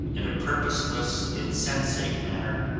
in a purposeless, insensate manner,